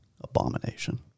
Abomination